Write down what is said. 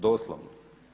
Doslovno.